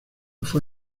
fue